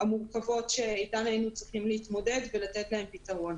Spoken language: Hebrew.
המורכבות שאיתן היינו צריכים להתמודד ולתת להן פתרון.